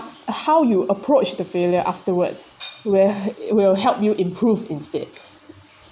how you approach the failure afterwards will uh will help you improve instead